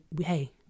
Hey